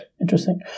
Interesting